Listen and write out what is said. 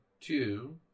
two